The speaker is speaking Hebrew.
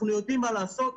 אנחנו יודעים מה לעשות.